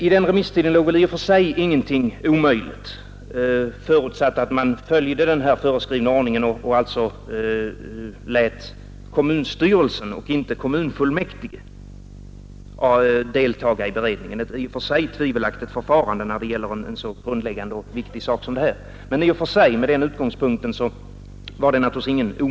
I den remisstiden låg väl med den här utgångspunkten ingenting omöjligt, förutsatt att man följde den föreskrivna ordningen och alltså lät kommunstyrelsen och inte kommunfullmäktige deltaga i beredningen — ett i och för sig tvivelaktigt förfarande när det gäller en så grundläggande och viktig sak som den här.